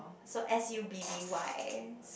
so S_U_B_B_Y